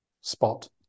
spot